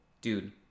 dude